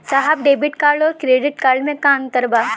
साहब debit card और credit card में का अंतर बा?